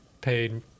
paid